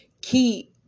key